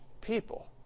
people